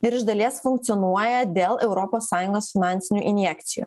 ir iš dalies funkcionuoja dėl europos sąjungos finansinių injekcijų